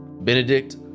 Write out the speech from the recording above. Benedict